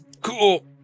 Cool